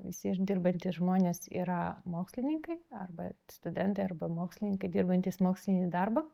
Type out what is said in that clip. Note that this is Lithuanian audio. visi išdirbantys žmonės yra mokslininkai arba studentai arba mokslininkai dirbantys mokslinį darbą